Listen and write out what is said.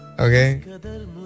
okay